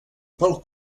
pel